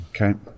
Okay